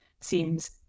seems